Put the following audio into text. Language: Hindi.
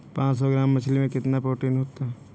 पांच सौ ग्राम मछली में कितना प्रोटीन होता है?